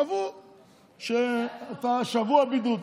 קבעו שאתה שבוע בבידוד,